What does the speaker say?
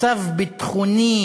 מצב ביטחוני